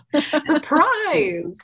Surprise